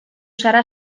zara